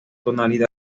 tonalidad